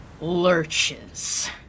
lurches